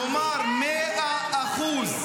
לא תהיה מדינה פלסטינית.